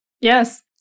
Yes